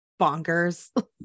bonkers